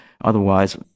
otherwise